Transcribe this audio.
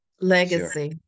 legacy